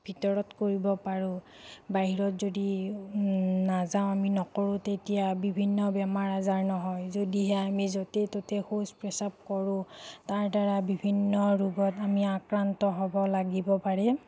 ভিতৰত কৰিব পাৰোঁ বাহিৰত যদি নাযাওঁ আমি নকৰোঁ তেতিয়া বিভিন্ন বেমাৰ আজাৰ নহয় যদিহে আমি য'তে ত'তে শৌচ প্ৰস্ৰাৱ কৰোঁ তাৰ দ্বাৰা বিভিন্ন ৰোগত আমি আক্ৰান্ত হ'ব লাগিব পাৰে